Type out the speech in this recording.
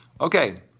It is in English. Okay